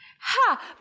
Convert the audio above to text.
Ha